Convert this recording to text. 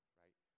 right